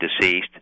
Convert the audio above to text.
deceased